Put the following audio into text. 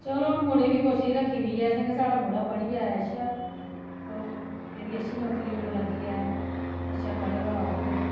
चलो हू'न मुड़े दी बी कोशिश रक्खी दी असें की साढ़ा मुड़ा पढ़ी जा अच्छा तो एह्दी अच्छी नौकरी कुदै लग्गी जा अच्छा पढ़े दा होग ते